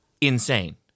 insane